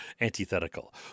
antithetical